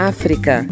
África